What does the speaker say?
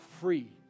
free